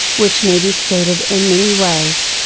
which may be stated in many ways.